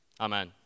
amen